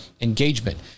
engagement